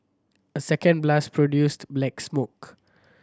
a second blast produced black smoke